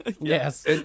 Yes